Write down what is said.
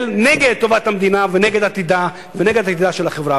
נגד טובת המדינה ונגד עתידה ונגד עתידה של החברה.